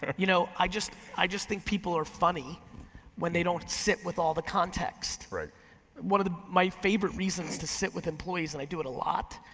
you know i just i just think people are funny when they don't sit with all the context. one of my favorite reasons to sit with employees, and i do it a lot,